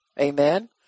Amen